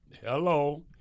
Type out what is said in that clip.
hello